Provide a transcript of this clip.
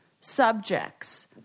subjects